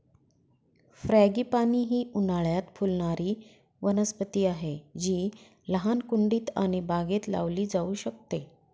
frangipani ही उन्हाळयात फुलणारी वनस्पती आहे जी लहान कुंडीत आणि बागेत लावली जाऊ शकते